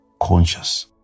conscious